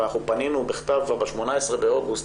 אבל אנחנו פנינו בכתב כבר ב-18 באוגוסט,